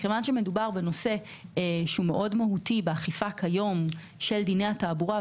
מכיוון שמדובר בנושא שהוא מאוד מהותי באכיפת דיני התעבורה היום,